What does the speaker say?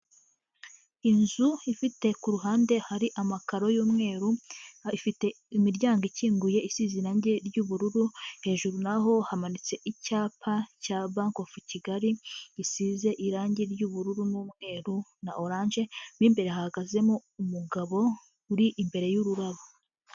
Inzu ifite ku ruhande hari amakaro y'umweru ifite imiryango ikinguye isi izina rye ry'ubururu hejuru naho hamanitse icyapa cya bankof kigali gisize irangi ry'ubururu n'umweru na orange b'immbere hahagazemo umugabo uri imbere yu'ururabo